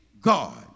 god